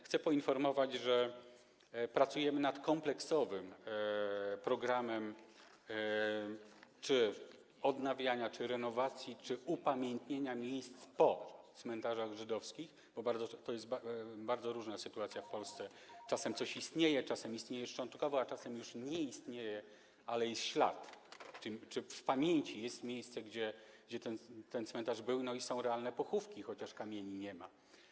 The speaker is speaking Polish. Chcę poinformować, że pracujemy nad kompleksowym programem odnawiania czy renowacji, czy upamiętnienia miejsc po cmentarzach żydowskich, bo jest bardzo różna sytuacja w Polsce: czasem coś istnieje, czasem istnieje szczątkowo, a czasem już nie istnieje, ale jest ślad czy w pamięci jest miejsce, gdzie ten cmentarz był, i są realne pochówki, chociaż kamieni nie ma.